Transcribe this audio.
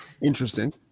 interesting